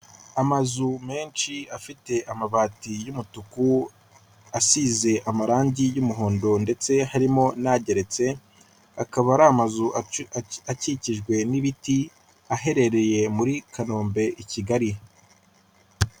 Amazu menshi afite amabati y'umutuku asize amarangi y'umuhondo ndetse harimo n'ageretse, akaba ari amazu akikijwe n'ibiti, aherereye muri Kanombe i Kigali.